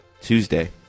Tuesday